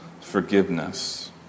forgiveness